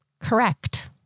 correct